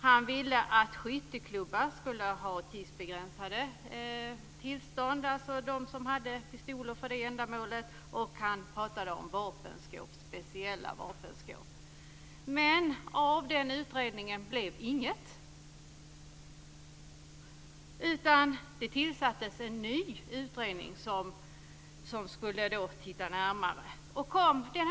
Han ville att skytteklubbar, alltså de som hade pistoler för det ändamålet, skulle ha tidsbegränsade tillstånd. Han pratade också om speciella vapenskåp. Men av den utredningen blev intet. Det tillsattes en ny utredning som skulle titta närmare på det här.